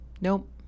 nope